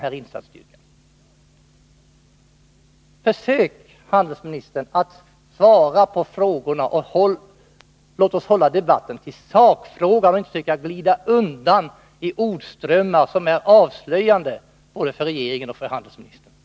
Försök, herr handelsminister, att svara på frågorna och håll er till sakfrågan, glidinte undan i ordströmmar, som är avslöjande både för regeringen och för handelsministern.